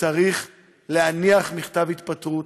צריך להניח מכתב התפטרות,